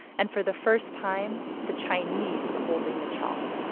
and for the first time, the chinese were holding the chalk